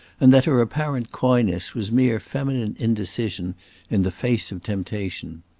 and that her apparent coyness was mere feminine indecision in the face of temptation.